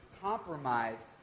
compromise